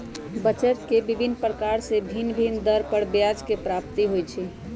बचत के विभिन्न प्रकार से भिन्न भिन्न दर पर ब्याज के प्राप्ति होइ छइ